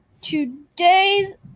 today's